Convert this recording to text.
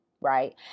right